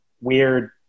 weird